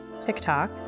TikTok